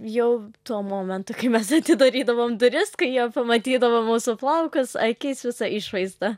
jau tuo momentu kai mes atidarydavom duris kai jie pamatydavo mūsų plaukus akis visą išvaizdą